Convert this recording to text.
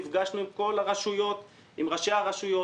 נפגשנו עם כל הרשויות, עם ראשי הרשויות.